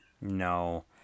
no